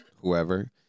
whoever